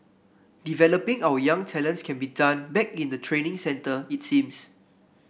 developing our young talents can be done back in the training centre it seems